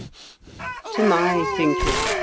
to my thinking,